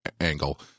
angle